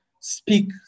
speak